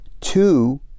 two